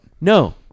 No